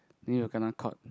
then you kena caught